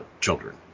children